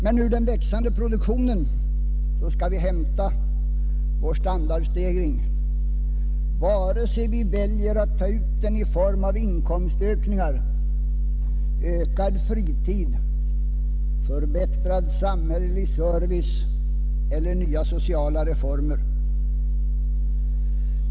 Det är ur den växande produktionen som vi skall hämta vår standardstegring, vare sig vi väljer att ta ut den i inkomstökningar, i ökad fritid, i förbättrad samhällelig service eller i nya sociala reformer.